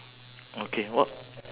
okay what